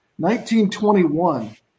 1921